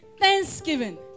thanksgiving